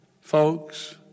folks